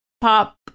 pop